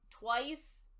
twice